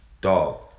dog